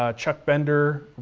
ah chuck bender,